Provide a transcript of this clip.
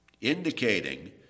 indicating